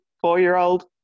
four-year-old